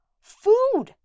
food